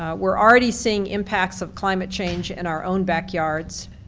ah we're already seeing impacts of climate change in our own backyards.